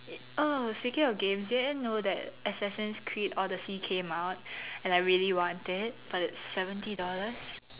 it oh speaking of games do you know that Assassin's Creed Odyssey came out and I really want it but it's seventy dollars